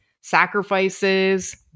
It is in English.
sacrifices